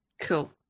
cool